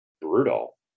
brutal